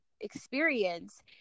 experience